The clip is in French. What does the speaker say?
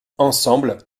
ensemble